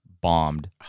bombed